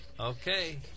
Okay